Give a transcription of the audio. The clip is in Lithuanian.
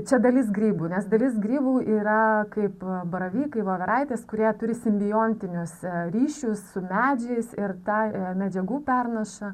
čia dalis grybų nes dalis grybų yra kaip baravykai voveraitės kurie turi simbiontinius ryšius su medžiais ir ta medžiagų pernaša